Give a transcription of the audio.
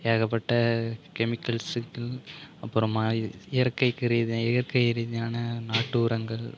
ஏகப்பட்ட கெமிக்கல்ஸுக்கு அப்புறமா இயற்கைக்கு ரீதியாக இயற்கை ரீதியான நாட்டு உரங்கள்